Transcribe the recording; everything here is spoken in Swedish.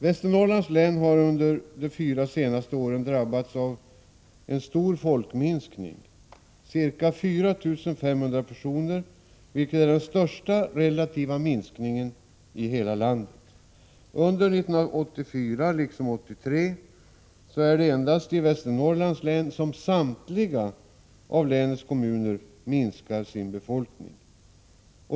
Västernorrlands län har under de fyra senaste åren drabbats av en stor folkminskning, ca 4 500 personer, vilket är den största relativa minskningen i hela landet. Under 1984 liksom under 1983 är det endast i Västernorrlands län som samtliga kommuner minskar sin befolkning.